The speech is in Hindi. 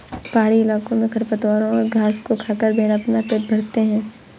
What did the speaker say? पहाड़ी इलाकों में खरपतवारों और घास को खाकर भेंड़ अपना पेट भरते हैं